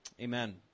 Amen